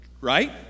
Right